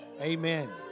Amen